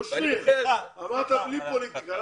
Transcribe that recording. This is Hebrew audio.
קושניר, אמרת בלי פוליטיקה.